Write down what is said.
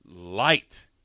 light